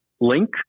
link